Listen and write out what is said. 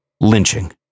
Lynching